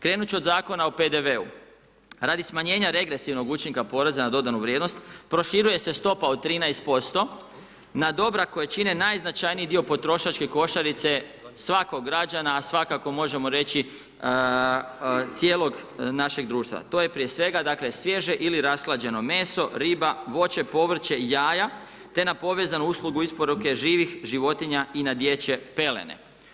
Krenut ću od Zakona o PDV-u, radi smanjenja regresivnog učinka poreza na dodanu vrijednost proširuje se stopa od 13% na dobra koja čine najznačajniji dio potrošačke košarice svakog građana, a svakako možemo reći cijelog našeg društva, to je prije svega dakle svježe ili rashlađeno meso, riba, voće, povrće, jaja te na povezanu uslugu isporuke živih životinja i na dječje pelene.